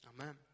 Amen